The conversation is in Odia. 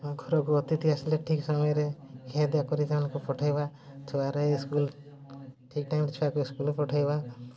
ଘରକୁ ଅତିଥି ଆସିଲେ ଠିକ ସମୟରେ ଖିଆପିଆ କରି ତାଙ୍କୁ ପଠେଇବା ଛୁଆର ସ୍କୁଲ୍ ଠିକ୍ ଟାଇମରେ ଛୁଆକୁ ସ୍କୁଲ୍ରେ ପଠେଇବା